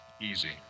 easy